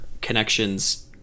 connections